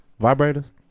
Vibrators